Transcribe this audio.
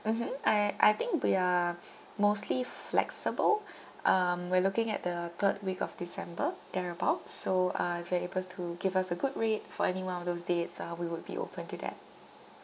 mmhmm I I think we are mostly f~ flexible um we're looking at the third week of december thereabouts so uh if you are able to give us a good rate for any one of those dates uh we would be open to that